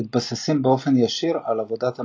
מתבססים באופן ישיר על עבודת המנוע.